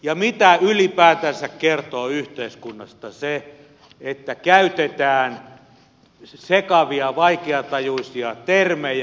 ja mitä ylipäätänsä kertoo yhteiskunnasta se että käytetään sekavia vaikeatajuisia termejä